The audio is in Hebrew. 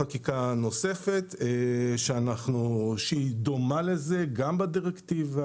יש חקיקה נוספת שהיא דומה לזה גם בדירקטיבה,